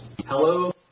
Hello